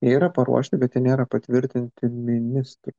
jie yra paruošti bet jie nėra patvirtinti ministro